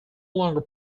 longer